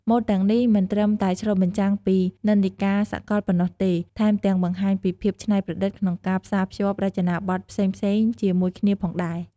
ម៉ូដទាំងនេះមិនត្រឹមតែឆ្លុះបញ្ចាំងពីនិន្នាការសកលប៉ុណ្ណោះទេ ថែមទាំងបង្ហាញពីភាពច្នៃប្រឌិតក្នុងការផ្សារភ្ជាប់រចនាបទផ្សេងៗជាមួយគ្នាផងដែរ។